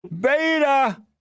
Beta